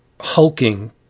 hulking